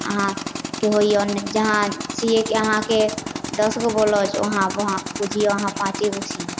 अहाँके होइए जहाँ सिएके अहाँके दसगो ब्लाउज वहाँ वहाँ बुझिऔ अहाँ पाँचे गो सिबै